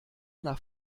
nach